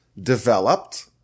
developed